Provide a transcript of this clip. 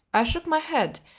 i shook my head,